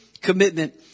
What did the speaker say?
commitment